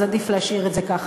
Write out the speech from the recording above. אז עדיף להשאיר את זה ככה.